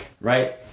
right